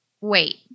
wait